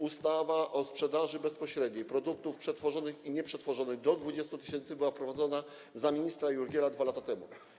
Ustawa o sprzedaży bezpośredniej produktów przetworzonych i nieprzetworzonych do 20 tys. była wprowadzona za ministra Jurgiela - 2 lata temu.